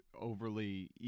overly